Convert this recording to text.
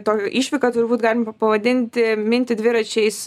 tokią išvyką turbūt galima pavadinti minti dviračiais